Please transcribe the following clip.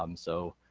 um so